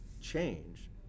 change